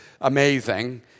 amazing